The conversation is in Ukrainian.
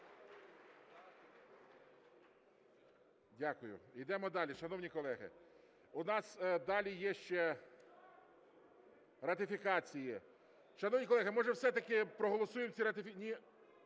Дякуємо. Ідемо далі. Шановні колеги, у нас далі є ще ратифікації. Шановні колеги, може, все-таки проголосуємо ці…